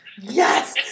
Yes